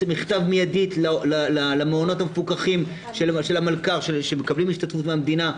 מכתב מיידית למעונות המפוקחים של המלכ"ר שמקבלים השתתפות המדינה,